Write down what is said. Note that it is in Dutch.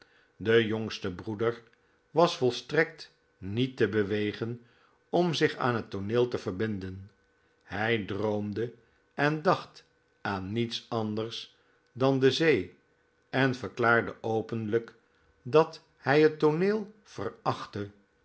de jongste broeder was volstrekt niet te bewegen om zich aan het tooneel te verbinden hij droomde en dacht aan niets anders dan de zee en verklaarde openlijk dat hij het tooneel verachtte